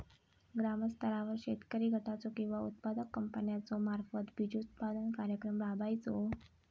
ग्रामस्तरावर शेतकरी गटाचो किंवा उत्पादक कंपन्याचो मार्फत बिजोत्पादन कार्यक्रम राबायचो?